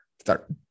start